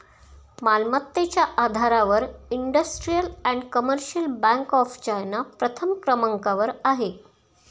मालमत्तेच्या आधारावर industrial and commercial bank of China प्रथम क्रमांकावर आहे